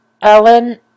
Ellen